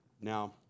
Now